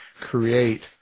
create